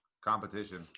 Competition